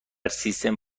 سیستم